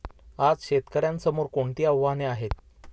आज शेतकऱ्यांसमोर कोणती आव्हाने आहेत?